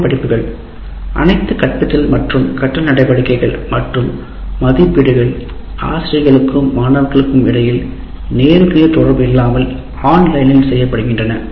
online படிப்புகள் அனைத்து கற்பித்தல் மற்றும் கற்றல் நடவடிக்கைகள் மற்றும் மதிப்பீடுகள் ஆசிரியர்களுக்கும் மாணவர்களுக்கும் இடையில் நேருக்கு நேர் தொடர்பு இல்லாமல்ஆன்லைனில் செய்யப்படுகின்றன